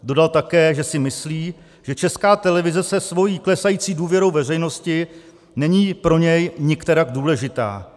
Dodal také, že si myslí, že Česká televize se svou klesající důvěrou veřejnosti není pro něj nikterak důležitá.